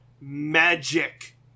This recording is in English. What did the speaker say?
magic